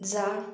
जा